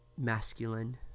masculine